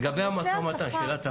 לגבי המשא ומתן, שאלת הבהרה.